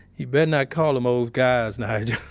you better not call them old guys, nigel.